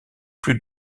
plus